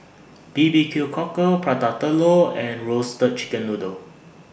B B Q Cockle Prata Telur and Roasted Chicken Noodle